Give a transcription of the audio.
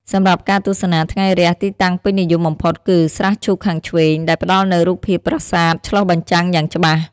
សម្រាប់ការទស្សនា ថ្ងៃរះ ទីតាំងពេញនិយមបំផុតគឺ ស្រះឈូកខាងឆ្វេង ដែលផ្តល់នូវរូបភាពប្រាសាទឆ្លុះបញ្ចាំងយ៉ាងច្បាស់។